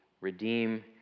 redeem